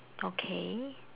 okay